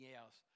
else